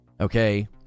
Okay